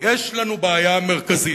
יש לנו בעיה מרכזית.